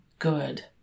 good